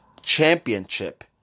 Championship